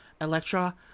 Electra